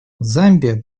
замбия